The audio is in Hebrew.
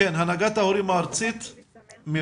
מירום שיף מהנהגת ההורים הארצית בבקשה.